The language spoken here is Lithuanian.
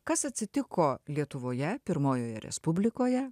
kas atsitiko lietuvoje pirmojoje respublikoje